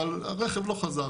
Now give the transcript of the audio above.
אבל הרכב לא חזר,